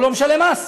הוא לא משלם מס.